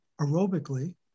aerobically